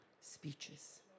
speeches